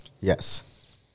Yes